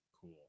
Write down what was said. Cool